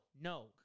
no